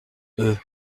eux